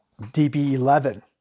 DB11